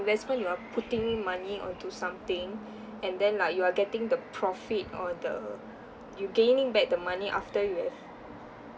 investment you are putting in money onto something and then like you are getting the profit or the you gaining back the money after you have